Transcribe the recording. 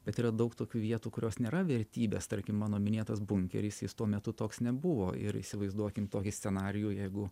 bet yra daug tokių vietų kurios nėra vertybės tarkim mano minėtas bunkeris jis tuo metu toks nebuvo ir įsivaizduokim tokį scenarijų jeigu